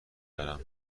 برم